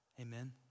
Amen